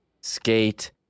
skate